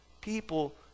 people